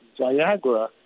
Viagra